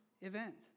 event